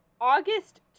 August